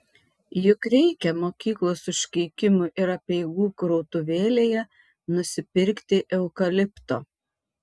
juk reikia mokyklos užkeikimų ir apeigų krautuvėlėje nusipirkti eukalipto